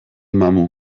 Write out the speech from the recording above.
mamu